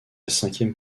cinquième